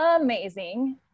amazing